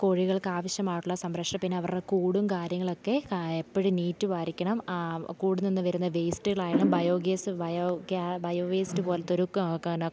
കോഴികൾക്കാവശ്യമായിട്ടുള്ള സംരക്ഷണം പിന്നെ അവരുടെ കൂടും കാര്യങ്ങളൊക്കെ എപ്പോഴും നീറ്റുമായിരിക്കണം കൂട് നിന്ന് വരുന്ന വേസ്റ്റുകളായാലും ബയോഗ്യാസ് ബയോഗ്യാ ബയോവേസ്റ്റു പോലെത്തോരുക്ക്